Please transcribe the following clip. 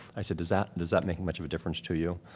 i said does that does that make much of a difference to you?